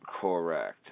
correct